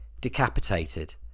Decapitated